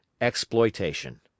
exploitation